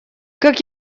как